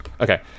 Okay